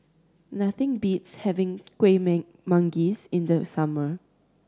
nothing beats having Kueh Manggis in the summer